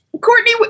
Courtney